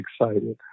excited